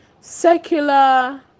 secular